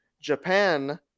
Japan